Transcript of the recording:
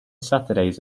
saturdays